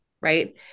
right